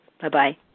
Bye-bye